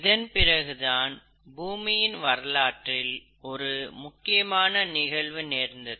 இதன் பிறகுதான் இந்த பூமியின் வரலாற்றில் ஒரு முக்கியமான நிகழ்வு நேர்ந்தது